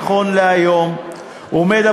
נכון להיום הוא עומד,